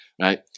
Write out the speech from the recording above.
right